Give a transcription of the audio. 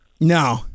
No